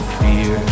fear